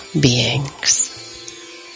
beings